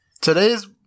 Today's